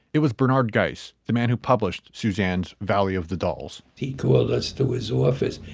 it was bernard geiss, the man who published susanne's valley of the dolls he called us to his office.